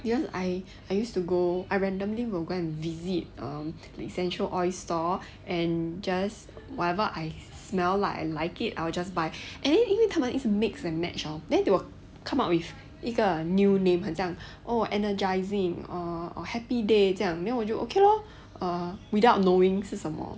because I I used to go I randomly will go and visit the essential oil stall and just whatever I smell lah I like it I will just buy and then 因为他们一直 mix and match hor then they will come up with 一个 new name 很像 oh energising or or happy day 这样 then 我就 okay lor err without knowing 是什么